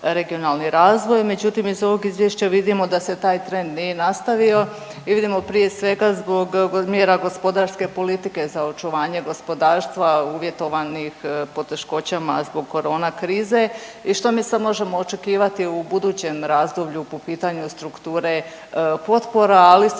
regionalnih razvoj. Međutim, iz ovog izvješća vidimo da se taj trend nije nastavio i vidimo prije svega zbog mjera gospodarske politike za očuvanje gospodarstva uvjetovanih poteškoćama zbog korona krize. I što mi sad možemo očekivati u budućem razdoblju po pitanju struktura potpora, ali isto